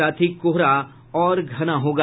साथ ही कोहरा और घना होगा